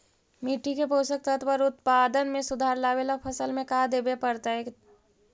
मिट्टी के पोषक तत्त्व और उत्पादन में सुधार लावे ला फसल में का देबे पड़तै तै?